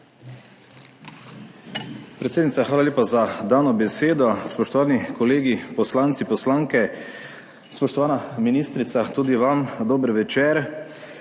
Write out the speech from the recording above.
Predsednica, hvala lepa za dano besedo. Spoštovani kolegi poslanci, poslanke, spoštovana ministrica, tudi vam dober večer!